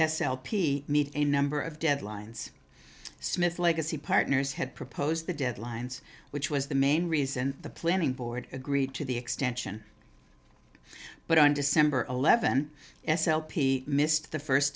meet a number of deadlines smith legacy partners had proposed the deadlines which was the main reason the planning board agreed to the extension but on december eleventh s l p missed the first